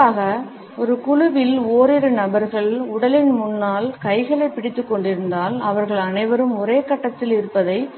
குறிப்பாக ஒரு குழுவில் ஓரிரு நபர்கள் உடலின் முன்னால் கைகளை பிடித்துக்கொண்டிருந்தால் அவர்கள் அனைவரும் ஒரே கட்டத்தில் இருப்பதைக்